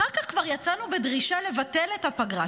אחר כך כבר יצאנו בדרישה לבטל את הפגרה,